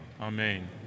Amen